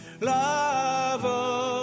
love